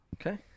Okay